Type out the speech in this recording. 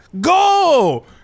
Go